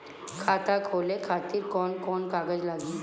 खाता खोले खातिर कौन कौन कागज लागी?